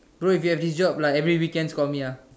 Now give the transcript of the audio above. bro if you have this job like weekends call me ah